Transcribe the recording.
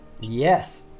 Yes